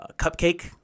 cupcake